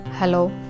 Hello